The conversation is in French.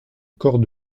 corps